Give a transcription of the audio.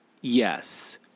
Yes